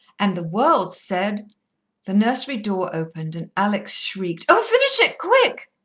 and the world said the nursery door opened, and alex shrieked, oh, finish it quick!